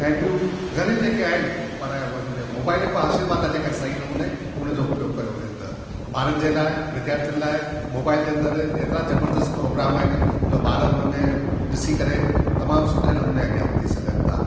ऐं ॿियूं घणियूं जेके आहिनि पर व उनमें मोबाइल हिकु आशीर्वाद आहे जेके सई नमूने उनजो उपयोगु कयो वियो त ॿारनि जे लाइ विद्यायार्थियुनि लाइ मोबाइल जे अंदरि एतिरा जबरदस्तु प्रोग्राम आहिनि जो ॿार उनमें ॾिसी करे तमामु सुठे नमूने अॻियां वधी सघनि था